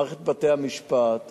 מערכת בתי-המשפט,